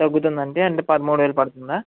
తగ్గుతుందండీ అంటే పదమూడువేలు పడుతుందా